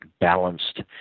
balanced